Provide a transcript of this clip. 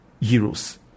euros